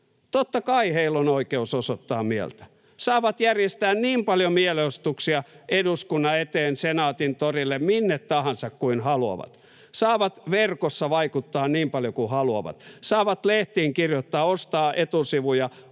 Totta kai heillä on oikeus osoittaa mieltä. Saavat järjestää niin paljon mielenosoituksia kuin haluavat eduskunnan eteen, Senaatintorille, minne tahansa. Saavat verkossa vaikuttaa niin paljon kuin haluavat, saavat lehtiin kirjoittaa ja ostaa etusivuja